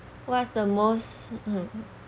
what's the most hmm